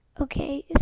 Okay